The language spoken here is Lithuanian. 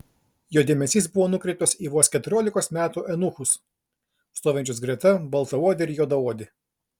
jo dėmesys buvo nukreiptas į vos keturiolikos metų eunuchus stovinčius greta baltaodį ir juodaodį